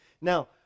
Now